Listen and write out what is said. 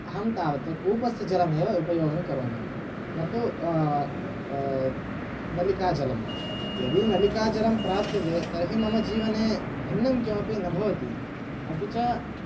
अहं तावत् कूपस्य जलमेव उपयोगङ्करोमि न तु नलिकाजलं यदि नलिकाजलं प्राप्यते तर्हि मम जीवने भिन्नं किमपि न भवति अपि च